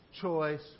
choice